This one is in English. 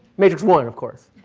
matrix one of course.